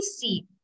see